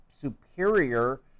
superior